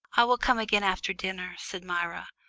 i will come again after dinner, said myra,